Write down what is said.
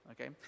okay